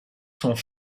sont